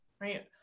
right